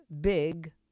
big